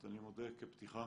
אני מודה כפתיחה,